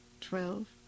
twelve